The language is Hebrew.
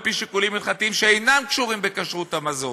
על-פי שיקולים הלכתיים שאינם קשורים בכשרות המזון,